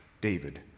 David